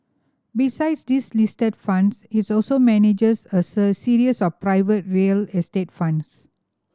besides these listed funds is also manages a series of private real estate funds